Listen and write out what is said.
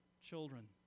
children